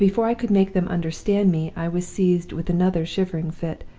but before i could make them understand me i was seized with another shivering fit,